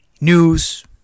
news